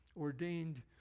ordained